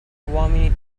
uomini